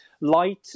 Light